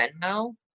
Venmo